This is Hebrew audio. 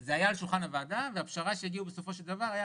זה היה על שולחן הוועדה והפשרה שהגיעו אליה בסופו של דבר הייתה